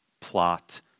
plot